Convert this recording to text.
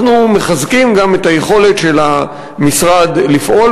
אנחנו מחזקים גם את היכולת של המשרד לפעול,